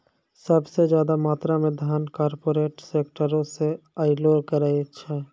सभ से ज्यादा मात्रा मे धन कार्पोरेटे सेक्टरो से अयलो करे छै